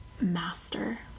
Master